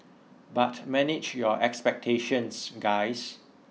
but manage your expectations guys